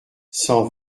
cent